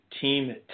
team